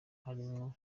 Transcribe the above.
harimo